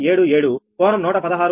77 కోణం 116